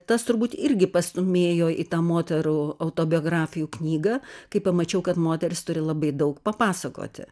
tas turbūt irgi pastūmėjo į tą moterų autobiografijų knygą kai pamačiau kad moterys turi labai daug papasakoti